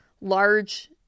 large